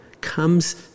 comes